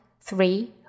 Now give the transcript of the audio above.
Three